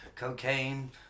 Cocaine